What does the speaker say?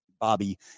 Bobby